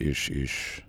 iš iš